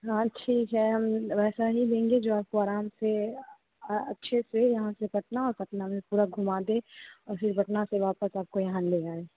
हाँ ठीक है हम वैसा ही देंगे जो आपको आराम से अ अच्छे से यहाँ से पटना और पटना में पूरा घुमा दे और फ़िर पटना से वापस आप को यहाँ ले आए